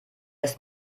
ist